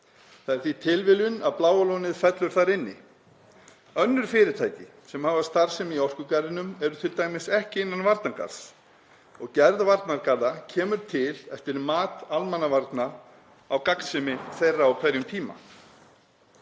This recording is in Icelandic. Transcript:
Það er því tilviljun að Bláa lónið fellur þar inn í. Önnur fyrirtæki sem hafa starfsemi í orkugeiranum eru t.d. ekki innan varnargarðs og gerð varnargarða kemur til eftir mat almannavarna á gagnsemi þeirra á hverjum tíma.